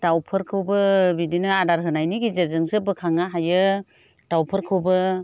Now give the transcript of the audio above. दाउफोरखौबो बिदिनो आदार होनायनि गेजेरजोंसो बोखांनो हायो दाउफोरखौबो